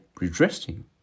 redressing